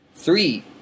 Three